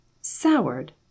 Soured